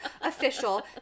official